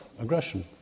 aggression